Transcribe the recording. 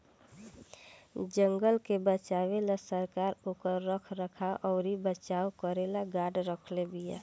जंगल के बचावे ला सरकार ओकर रख रखाव अउर बचाव करेला गार्ड रखले बिया